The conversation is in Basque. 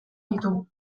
ditugu